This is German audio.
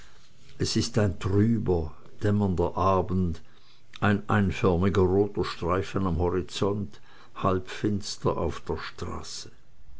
es ist ein trüber dämmernder abend ein einförmiger roter streifen am horizont halbfinster auf der straße